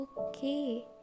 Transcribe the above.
okay